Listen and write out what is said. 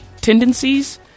tendencies